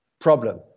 problem